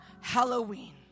Halloween